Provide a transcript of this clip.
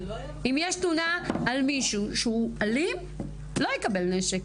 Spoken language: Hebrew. אם יש תלונה על מישהו שהוא אלים, לא יקבל נשק.